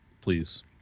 Please